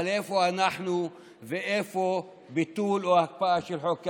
אבל איפה אנחנו ואיפה ביטול או הקפאה של חוק קמיניץ?